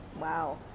wow